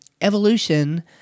Evolution